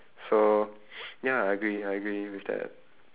so ya agree I agree with that